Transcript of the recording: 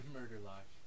Murderlock